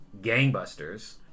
gangbusters